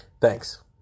Thanks